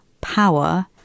power